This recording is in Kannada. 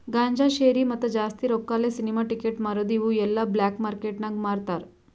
ಗಾಂಜಾ, ಶೇರಿ, ಮತ್ತ ಜಾಸ್ತಿ ರೊಕ್ಕಾಲೆ ಸಿನಿಮಾ ಟಿಕೆಟ್ ಮಾರದು ಇವು ಎಲ್ಲಾ ಬ್ಲ್ಯಾಕ್ ಮಾರ್ಕೇಟ್ ನಾಗ್ ಮಾರ್ತಾರ್